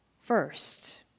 first